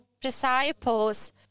disciples